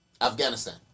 Afghanistan